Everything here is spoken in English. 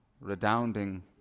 redounding